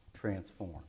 transform